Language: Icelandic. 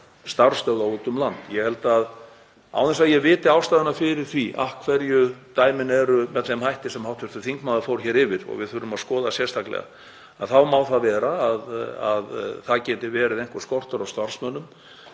starfsstöðva út um land. Án þess að ég viti ástæðuna fyrir því af hverju dæmin eru með þeim hætti sem hv. þingmaður fór hér yfir, og við þurfum að skoða sérstaklega, má vera að það geti verið skortur á starfsmönnum